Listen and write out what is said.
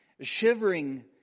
shivering